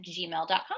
gmail.com